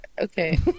Okay